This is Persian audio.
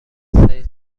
سریع